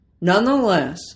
Nonetheless